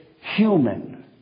human